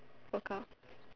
workout